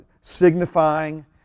signifying